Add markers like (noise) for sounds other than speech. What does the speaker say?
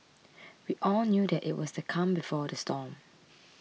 (noise) we all knew that it was the calm before the storm